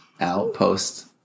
outpost